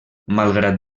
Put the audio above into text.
malgrat